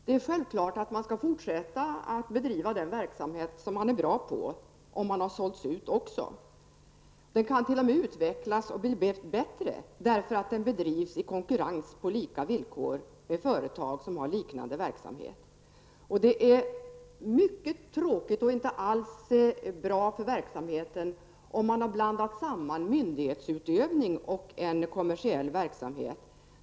Det är självklart att man skall fortsätta bedriva den verksamhet som man är bra på -- också om man har sålts ut. Den verksamheten kan t.o.m. utvecklas och bli bättre därför att den bedrivs i konkurrens på lika villkor med företag som har liknande verksamhet. Det är mycket tråkigt och inte alls bra för verksamheten om man har blandat samman myndighetsutövning och en kommersiell verksamhet.